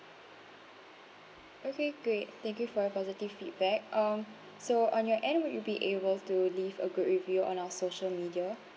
okay great thank you for your positive feedback um so on your end would you be able to leave a good review on our social media